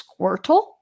Squirtle